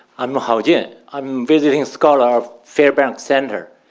i'm mahajan, i'm visiting scholar fairbanks center.